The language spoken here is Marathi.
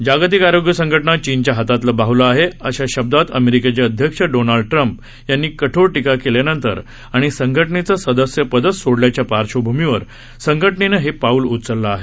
जागतिक आरोग्य संघटना चीनच्या हातातलं बाहलं आहे अशा शब्दात अमेरिकेचे अध्यक्ष डोनाल्ड ट्रम्प यांनी कठोर टीका केल्यानंतर आणि संघटनेचं सदस्यपदच सोडल्याच्या पार्श्वभूमीवर संघटनेनं हे पाऊल उचललं आहे